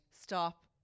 Stop